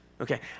Okay